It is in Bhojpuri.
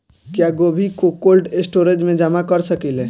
क्या गोभी को कोल्ड स्टोरेज में जमा कर सकिले?